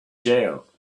jail